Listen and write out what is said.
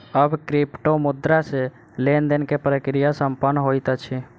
आब क्रिप्टोमुद्रा सॅ लेन देन के प्रक्रिया संपन्न होइत अछि